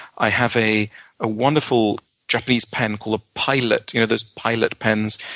i have a a wonderful japanese pen called a pilot, you know those pilot pens.